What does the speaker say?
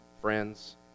friends